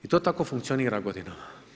I to tako funkcionira godinama.